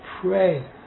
pray